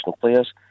players